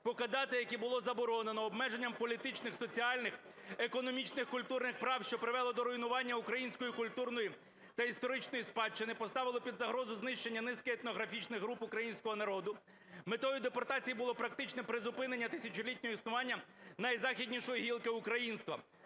покидати які було заборонено, обмеженням політичних, соціальних, економічних, культурних прав, що призвело до руйнування української культурної та історичної спадщини, поставило під загрозу знищення низки етнографічних груп українського народу. Метою депортації було практично призупинене тисячолітнє існування найзахіднішої гілки українства".